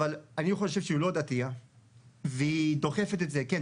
אבל אני חושב שהיא לא דתיה והיא דוחפת את זה "כן,